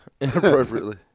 Inappropriately